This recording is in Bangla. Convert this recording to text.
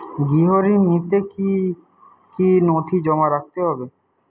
গৃহ ঋণ নিতে কি কি নথি জমা রাখতে হবে?